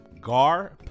Gar